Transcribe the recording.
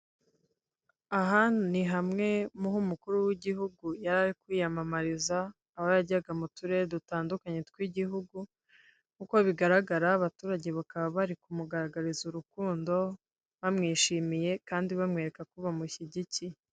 Aha ni hamwe mu ho umukuru w'igihugu yari ari kwiyamamariza, aho yajyaga mu turere dutandukanye tw'igihugu, nk'uko bigararaga abaturage bakaba bari kumugaragariza urukundo, bamwishimiye, kandi bamwereka ko bamushyigikiye.